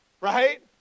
right